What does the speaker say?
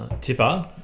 Tipper